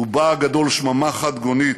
רובה הגדול שממה חד-גונית,